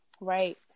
Right